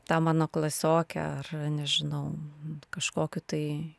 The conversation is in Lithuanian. tą mano klasiokę ar nežinau kažkokiu tai